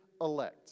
elect